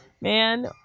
man